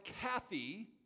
Kathy